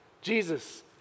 Jesus